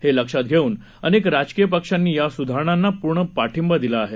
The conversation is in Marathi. हे लक्षात घेऊन अनेक राजकीय पक्षांनी या सुधारणांना पूर्ण पाठिबा दिला आहे